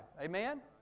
Amen